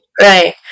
right